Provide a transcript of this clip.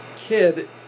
kid